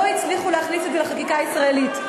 לא הצליחו להכניס את זה לחקיקה הישראלית.